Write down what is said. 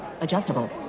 adjustable